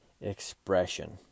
expression